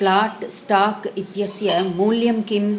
flat stock इत्यस्य मूल्यं किम्